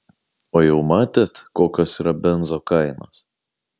o jau matėt kokios yra benzo kainos